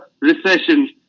recession